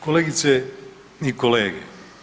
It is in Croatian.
Kolegice i kolege.